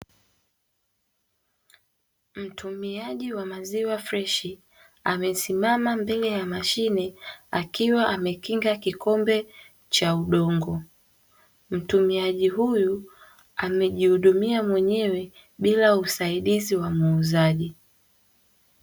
Mtumiaji wa maziwa freshi amesimama mbele ya mashine, akiwa amekinga kikombe cha udongo. Mtumiaji huyu amejihudumia mwenyewe, bila usaidizi wa muuzaji.